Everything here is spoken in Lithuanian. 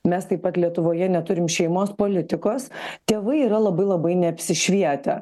mes taip pat lietuvoje neturim šeimos politikos tėvai yra labai labai neapsišvietę